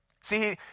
See